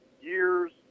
years